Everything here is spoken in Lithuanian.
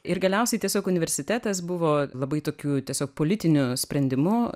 ir galiausiai tiesiog universitetas buvo labai tokiu tiesiog politiniu sprendimu